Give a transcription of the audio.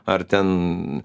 ar ten